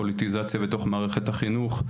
על פוליטיזציה בתוך מערכת החינוך,